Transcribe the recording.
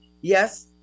yes